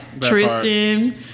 Tristan